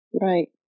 Right